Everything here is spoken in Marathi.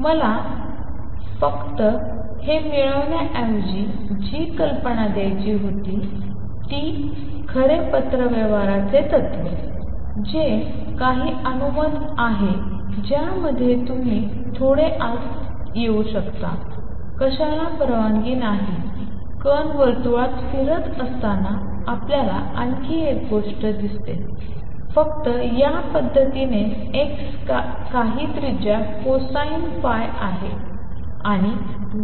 पण मला फक्त हे मिळवण्याऐवजी जी कल्पना द्यायची होती ती आहे खरे पत्रव्यवहाराचे तत्त्व जे काही अनुमत आहे त्यामध्ये तुम्ही थोडे आत येऊ शकता कशाला परवानगी नाही कण वर्तुळात फिरत असताना आपल्याला आणखी एक गोष्ट दिसते फक्त या पद्धतीने x काही त्रिज्या कोसाइन phi आहे आणि